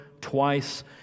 twice